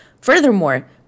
Furthermore